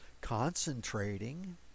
concentrating